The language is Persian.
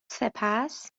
سپس